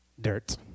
dirt